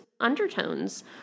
undertones